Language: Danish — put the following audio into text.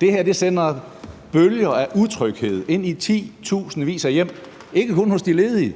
Det her sender bølger af utryghed ind i titusindvis af hjem, ikke kun hos de ledige,